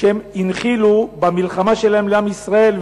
שהם הנחילו במלחמה שלהם לעם ישראל.